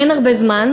אין הרבה זמן,